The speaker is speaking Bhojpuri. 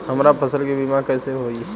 हमरा फसल के बीमा कैसे होई?